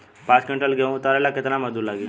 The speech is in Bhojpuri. पांच किविंटल गेहूं उतारे ला केतना मजदूर लागी?